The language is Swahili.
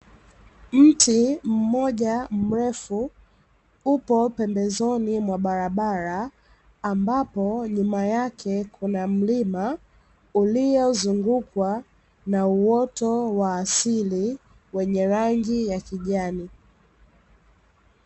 Mti mmoja mrefu upo pembezoni mwa barabara, ambapo nyuma yake kuna mlima uliozungukwa na uoto wa asili wenye rangi ya kijani.